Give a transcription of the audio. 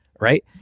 right